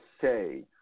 say